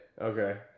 Okay